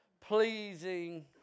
pleasing